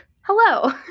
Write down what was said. hello